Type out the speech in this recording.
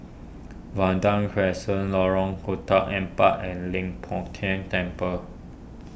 Vanda Crescent Lorong Empat and Leng Poh Tian Temple